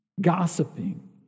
gossiping